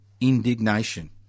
indignation